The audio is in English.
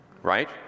Right